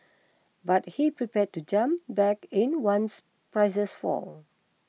but he's prepared to jump back in once prices fall